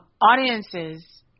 audiences